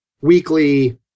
weekly